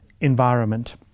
environment